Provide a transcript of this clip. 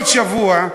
כל שבוע,